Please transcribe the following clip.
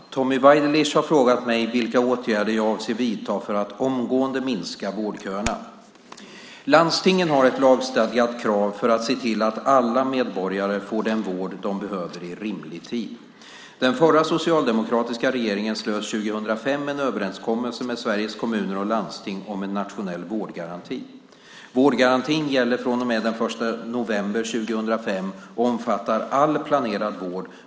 Herr talman! Tommy Waidelich har frågat mig vilka åtgärder jag avser att vidta för att omgående minska vårdköerna. Landstingen har ett lagstadgat krav på sig att se till att alla medborgare får den vård de behöver i rimlig tid. Den förra socialdemokratiska regeringen slöt 2005 en överenskommelse med Sveriges Kommuner och Landsting om en nationell vårdgaranti. Vårdgarantin gäller från och med den 1 november 2005 och omfattar all planerad vård.